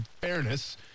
fairness